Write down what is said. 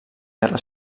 guerra